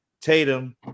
Tatum